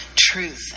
truth